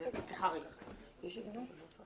טוב יותר, אז למה שלא נעשה